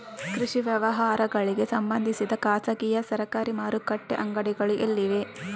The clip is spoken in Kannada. ಕೃಷಿ ವ್ಯವಹಾರಗಳಿಗೆ ಸಂಬಂಧಿಸಿದ ಖಾಸಗಿಯಾ ಸರಕಾರಿ ಮಾರುಕಟ್ಟೆ ಅಂಗಡಿಗಳು ಎಲ್ಲಿವೆ?